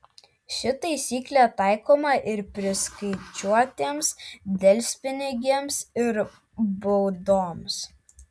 ši taisyklė taikoma ir priskaičiuotiems delspinigiams ir baudoms